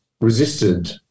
resisted